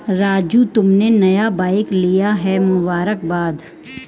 राजू तुमने नया बाइक लिया है मुबारकबाद